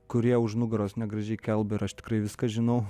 kurie už nugaros negražiai kalba ir aš tikrai viską žinau